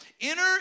Enter